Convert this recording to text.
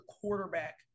quarterback